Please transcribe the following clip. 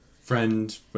friend